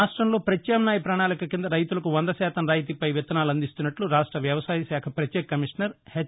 రాష్ట్రంలో పత్యామ్నాయ ప్రణాళిక కింద రైతులకు వంద శాతం రాయితీపై విత్తనాలు అందిస్తున్నట్ల రాష్ట్ర వ్యవసాయ శాఖ పత్యేక కమీషనర్ హెచ్